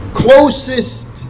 closest